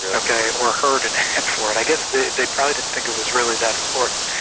okay, or heard an ad for it. i guess they probably didn't think it was really that important.